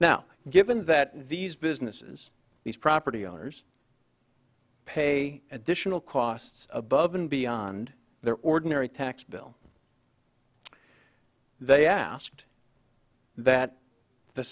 now given that these businesses these property owners pay additional costs above and beyond their ordinary tax bill they asked that the